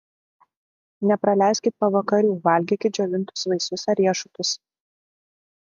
nepraleiskit pavakarių valgykit džiovintus vaisius ar riešutus